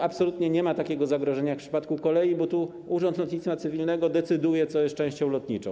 Absolutnie nie ma takiego zagrożenia w przypadku kolei, bo to Urząd Lotnictwa Cywilnego decyduje, co jest częścią lotniczą.